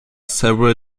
several